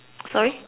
sorry